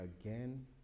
again